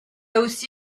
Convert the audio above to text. aussi